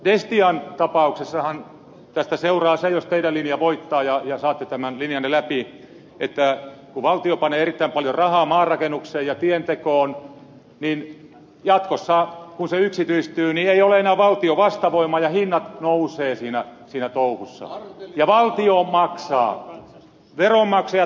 destian tapauksessahan tästä seuraa se jos teidän linjanne voittaa ja saatte tämän linjanne läpi että kun valtio panee erittäin paljon rahaa maanrakennukseen ja tientekoon niin jatkossa kun se yksityistyy ei ole enää valtio vastavoima ja hinnat nousevat siinä touhussa ja valtio maksaa veronmaksajat maksavat